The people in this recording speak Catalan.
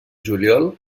juliol